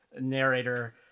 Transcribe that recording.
narrator